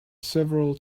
several